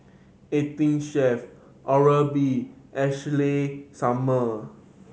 Eighteen Chef Oral B Ashley Summer